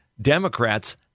Democrats